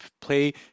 play